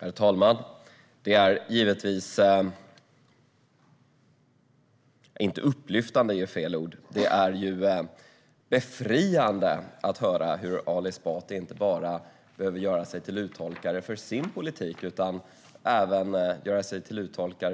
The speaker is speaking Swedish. Herr talman! Det är givetvis befriande att höra hur Ali Esbati inte bara gör sig till uttolkare för sin politik utan även